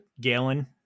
galen